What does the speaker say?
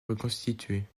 reconstitué